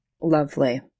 lovely